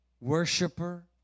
worshiper